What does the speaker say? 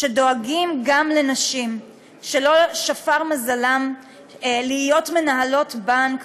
שדואגים גם לנשים שלא שפר מזלן להיות מנהלות בנק.